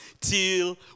till